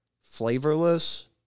flavorless